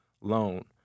loan